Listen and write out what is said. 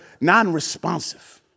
non-responsive